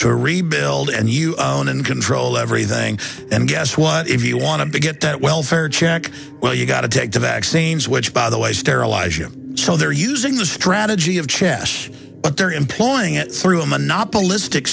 to rebuild and you own and control everything and guess what if you want to get that welfare check well you've got to take the vaccines which by the way sterilize you so they're using the strategy of chess but they're employing it through monopolistic